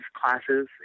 classes